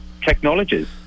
technologies